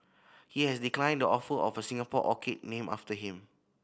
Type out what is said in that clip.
he has declined the offer of a Singapore orchid named after him